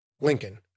Lincoln